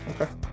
okay